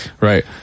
Right